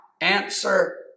Answer